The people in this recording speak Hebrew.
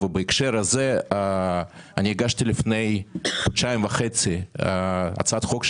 בהקשר הזה הגשתי לפני חודשיים וחצי הצעת חוק,